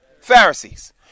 Pharisees